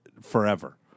forever